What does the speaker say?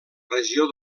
regió